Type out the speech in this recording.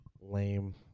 Lame